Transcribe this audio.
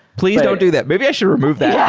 please don't do that. maybe i should remove that. yeah